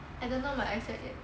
I don't know my eyesight yet